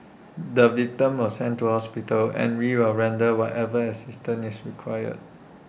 the victim was sent to hospital and we will render whatever assistance is required